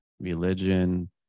religion